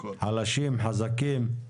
חלשים, חזקים.